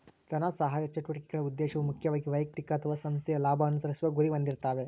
ಧನಸಹಾಯ ಚಟುವಟಿಕೆಗಳ ಉದ್ದೇಶವು ಮುಖ್ಯವಾಗಿ ವೈಯಕ್ತಿಕ ಅಥವಾ ಸಂಸ್ಥೆಯ ಲಾಭ ಅನುಸರಿಸುವ ಗುರಿ ಹೊಂದಿರ್ತಾವೆ